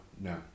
No